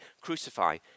Crucify